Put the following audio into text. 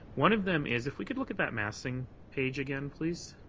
one of them is if we can look at that massing page again, please.